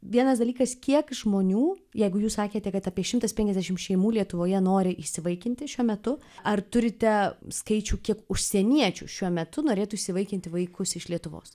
vienas dalykas kiek žmonių jeigu jūs sakėte kad apie šimtas penkiasdešimt šeimų lietuvoje nori įsivaikinti šiuo metu ar turite skaičių kiek užsieniečių šiuo metu norėtų įsivaikinti vaikus iš lietuvos